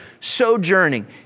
sojourning